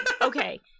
Okay